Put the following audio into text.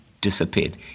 disappeared